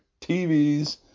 TVs